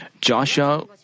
Joshua